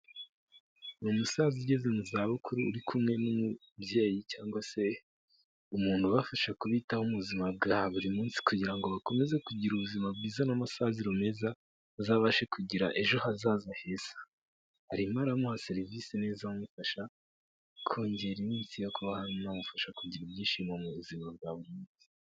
Ni umusaza ugeze mu zabukuru, uri kumwe n'umubyeyi cyangwa se umuntu ubafasha kubitaho buzima bwa buri munsi kugira ngo bakomeze kugira ubuzima bwiza n'amasaziro meza, azabashe kugira ejo hazaza heza. Arimo aramuha serivisi neza amufasha kongera iminsi ye hanyuma amufasha kugira ibyishimo mu buzima bwa buri..